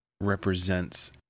represents